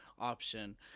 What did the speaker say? option